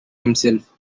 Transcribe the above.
himself